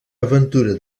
aventura